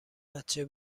بچه